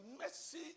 mercy